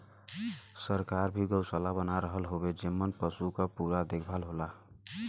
सरकार भी गौसाला बना रहल हउवे जेमन पसु क पूरा देखभाल होला